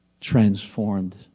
transformed